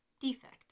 Defect